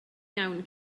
iawn